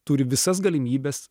turi visas galimybes